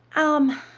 um